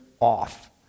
off